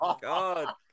god